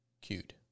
cute